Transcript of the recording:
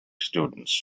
students